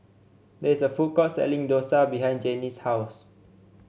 there is a food court selling dosa behind Jennie's house